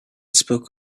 spoke